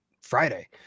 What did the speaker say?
Friday